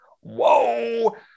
Whoa